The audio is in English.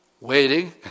Waiting